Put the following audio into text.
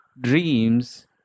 dreams